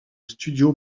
studio